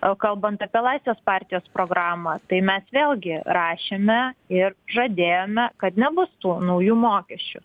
o kalbant apie laisvės partijos programą tai mes vėlgi rašėme ir žadėjome kad nebus tų naujų mokesčių